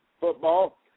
football